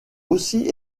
aussi